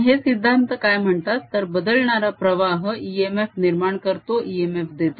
आणि हे सिद्धांत काय म्हणतात तर बदलणारा प्रवाह इएमएफ निर्माण करतो इएमएफ देतो